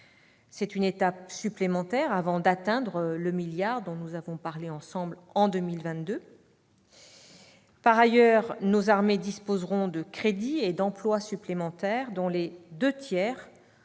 C'est une étape supplémentaire avant d'atteindre le milliard d'euros, dont nous avons parlé ensemble, en 2022. Par ailleurs, les armées disposeront de crédits et d'emplois supplémentaires, les deux tiers